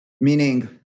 Meaning